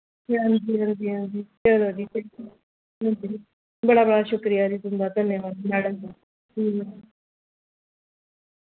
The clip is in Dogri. हांजी हांजी हांजी हांजी बड़ा बड़ा शुक्रिया जी तुं'दा धन्यवाद मैडम जी ठीक ऐ